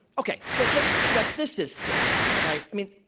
okay, so so you know this is silly, right? i mean,